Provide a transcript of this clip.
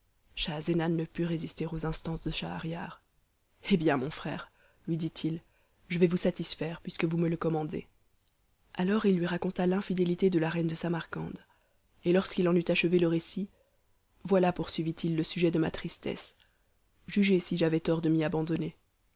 schahzenan ne put résister aux instances de schahriar hé bien mon frère lui dit-il je vais vous satisfaire puisque vous me le commandez alors il lui raconta l'infidélité de la reine de samarcande et lorsqu'il en eut achevé le récit voilà poursuivit-il le sujet de ma tristesse jugez si j'avais tort de m'y abandonner